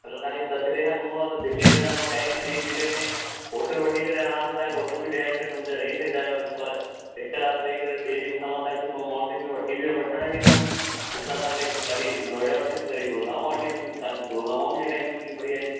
अगरि तव्हांखे तसल्लीअ सां घुमिणो आहे त दिल्लीअ में तव्हां छा आहे की नई दिल्लीअ में होटल वठी करे आराम सां तव्हां होटल बि ॾेयारे छॾिंदुमि हुते रही सघंदा आहियो ॿ हिक राति रही करे ॿिए ॾींहुं मुसां मां तव्हांखे सुबुह मॉर्निंग में वठी बि ऐं वठण बि ईंदुमि जिता तव्हांखे कॾहिं नोएडा वठी वेंदुमि कॾहिं गुरूग्राम वेंदुमि तव्हांखे गुरूग्राम बि ॾेखारींदुमि कीअं बढ़िया ऐॾी